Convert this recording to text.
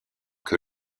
que